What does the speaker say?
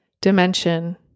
dimension